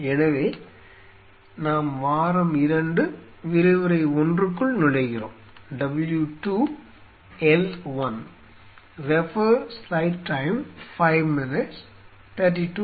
எனவே நாம் வாரம் 2 விரிவுரை 1க்குள் நுழைகிறோம் W 2 L 1